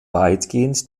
weitgehend